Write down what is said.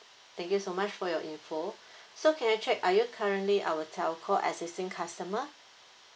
thank you so much for your info so can I check are you currently our telco existing customer